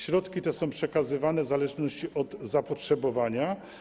Środki te są przekazywane w zależności od zapotrzebowania.